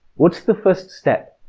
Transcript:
what's the first step?